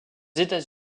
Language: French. états